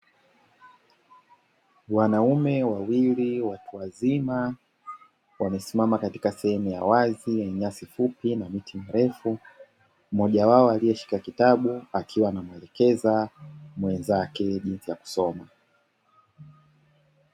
Wanaume wawili watu wazima wamesimama katika sehemu ya wazi ya nyasi fupi na miti mrefu. Mmoja wao aliyeshika kitabu akiwa anamwelekeza mwenzake jinsi ya kusoma.